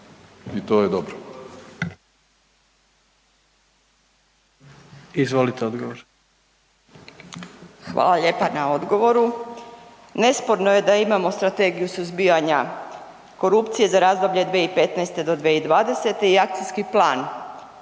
Izvolite odgovor. **Nađ, Vesna (SDP)** Hvala lijepa na odgovoru. Nesporno je da imamo Strategiju suzbijanja korupcije za razdoblje 2015.-2020. i akcijski plan